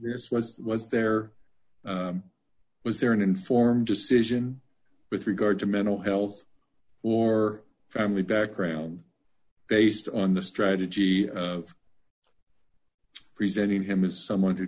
this was was there was there an informed decision with regard to mental health or family background based on the strategy of presenting him as someone who